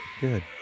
Good